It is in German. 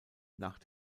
nach